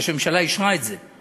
כי הממשלה אישרה את זה.